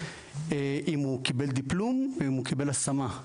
אם הוא קיבל דיפלום ואם הוא קיבל השמה,